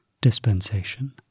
dispensation